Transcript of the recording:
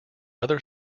other